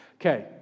Okay